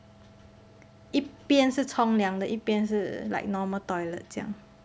一边是冲凉的一边是 like normal toilet 这样